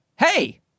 Hey